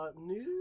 news